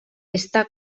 està